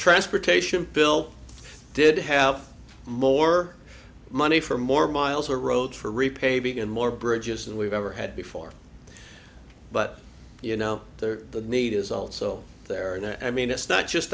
ransportation bill did have more money for more miles a road for repaving and more bridges than we've ever had before but you know there the need is also there and i mean it's not just